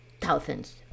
thousands